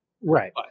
Right